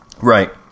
Right